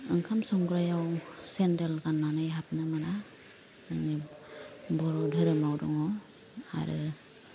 ओंखाम संग्रायाव सेन्देल गाननानै हाबनो मोना जोंनि बर' धोरोमआव दङ आरो